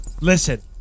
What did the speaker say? Listen